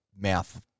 mouth